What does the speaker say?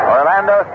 Orlando